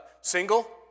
single